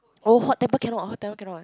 oh hot tempered cannot